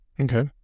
Okay